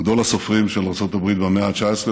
גדול הסופרים של ארצות הברית במאה ה-19,